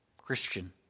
Christian